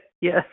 yes